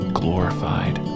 glorified